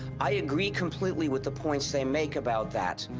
i agree completely with the points they make about that.